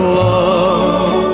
love